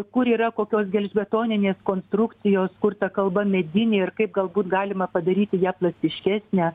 kur yra kokios gelžbetoninės konstrukcijos kur ta kalba medinė ir kaip galbūt galima padaryti ją plastiškesnę